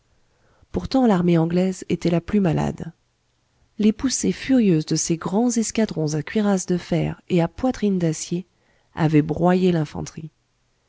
pourtant l'armée anglaise était la plus malade les poussées furieuses de ces grands escadrons à cuirasses de fer et à poitrines d'acier avaient broyé l'infanterie